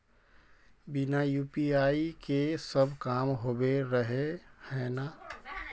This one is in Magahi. बिना यु.पी.आई के सब काम होबे रहे है ना?